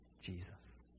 Jesus